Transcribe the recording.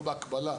או בהקבלה,